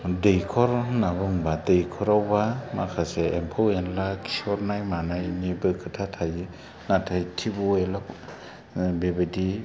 दैख'र होननानै बुंबा दैख'रावबा माखासे एम्फौ एनला खिहरनाय मानायनिबो खोथा थायो नाथाय टिब वेल बेबादि